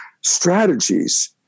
strategies